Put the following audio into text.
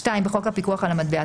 בחוק הפיקוח על המטבע,